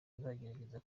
nzagerageza